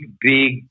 big